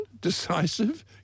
decisive